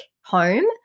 home